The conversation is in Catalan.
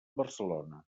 barcelona